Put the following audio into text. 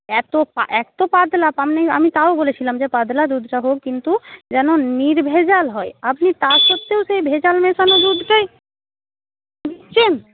এত এত পাতলা আমি তাও বলেছিলাম যে পাতলা দুধটা হোক কিন্তু যেন নির্ভেজাল হয় আপনি তা সত্ত্বেও সেই ভেজাল মেশানো দুধটাই দিচ্ছেন